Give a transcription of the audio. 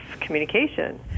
communication